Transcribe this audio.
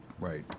Right